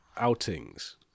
outings